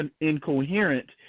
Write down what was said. incoherent